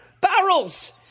Barrels